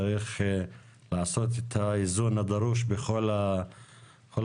צריך לעשות את האיזון הדרוש בכל הסוגיות.